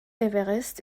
everest